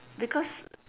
because